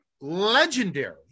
legendary